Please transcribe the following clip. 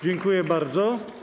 Dziękuję bardzo.